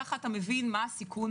כך אתה מבין מה הסיכון